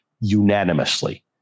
unanimously